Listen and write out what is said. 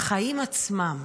"החיים עצמם"